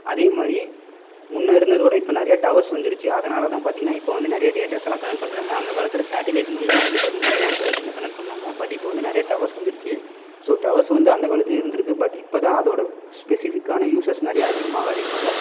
அதேமாதிரி முன்னே இருந்ததை விட இப்போ நிறைய டவர்ஸ் வந்துடுச்சு அதனால் தான் பார்த்தீங்கன்னா இப்போ வந்து நிறைய டேட்டாஸ்ஸலாம் கனெக்ட் பண்ணுறாங்க அந்த காலத்தில் சாட்டிலைட் மூலிமா வந்து பார்த்தீங்கன்னா ஃபோன்ஸ் எல்லாத்தையுமே கனெக்ட் பண்ணிணாங்க பட் இப்போ வந்து நிறைய டவர்ஸ் வந்துடுச்சு ஸோ டவர்ஸ் வந்து அந்த காலத்துலே இருந்துருக்கு பட் இப்போ தான் அதோடய ஸ்பெசிஃபிக்கான யூஸஸ் நிறைய அதிகமாக அதிகமாக